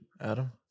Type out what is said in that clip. Adam